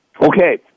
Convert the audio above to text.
Okay